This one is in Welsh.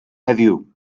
heddiw